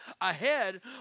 ahead